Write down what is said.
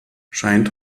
scheint